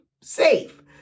safe